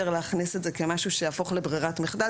להכניס את זה כמשהו שיהפוך לברירת מחדל.